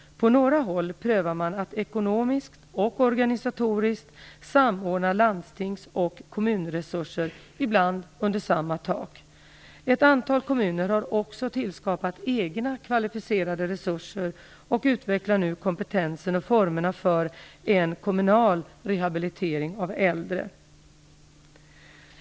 På några håll prövar man att ekonomiskt och organisatoriskt samordna landstings och kommunresurser - ibland under samma tak. Ett antal kommuner har också tillskapat egna kvalificerade resurser och utvecklar nu kompetensen och formerna för en kommunal rehabilitering av äldre.